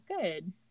Good